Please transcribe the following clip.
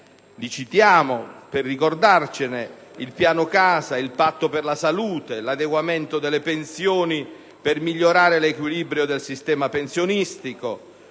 che qui vorrei ricordare: il Piano casa; il Patto per la salute; l'adeguamento delle pensioni per migliorare l'equilibrio del sistema pensionistico;